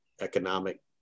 economic